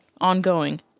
ongoing